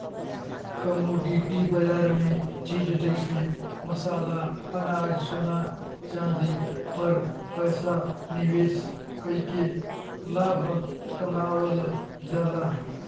commodity बाजार में चीज जइसे मसाला अनाज सोना चांदी पर पैसा निवेश कइके लाभ कमावल जाला